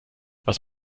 was